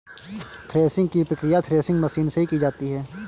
threshing की प्रकिया threshing machine से की जाती है